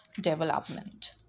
development